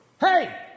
Hey